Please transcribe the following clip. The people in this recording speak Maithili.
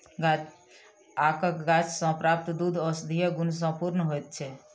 आकक गाछ सॅ प्राप्त दूध औषधीय गुण सॅ पूर्ण होइत छै